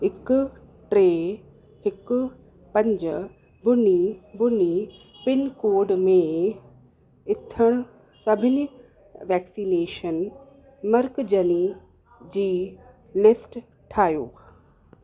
हिकु ट्रे हिकु पंज ॿुड़ी ॿुड़ी पिनकोड में इथण सभिनी वैक्सीनेशन मर्कज़नि जी लिस्ट ठाहियो